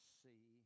see